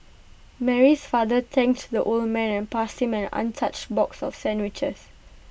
Mary's father thanked the old man and passed him an untouched box of sandwiches